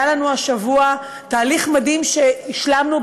היה לנו השבוע תהליך מדהים שהשלמנו,